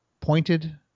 pointed